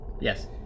Yes